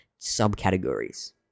subcategories